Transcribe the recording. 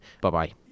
bye-bye